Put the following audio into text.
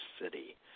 City